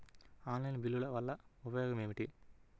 Online బిల్లుల వల్ల ఉపయోగమేమిటీ?